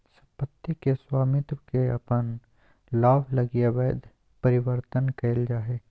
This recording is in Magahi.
सम्पत्ति के स्वामित्व के अपन लाभ लगी अवैध परिवर्तन कइल जा हइ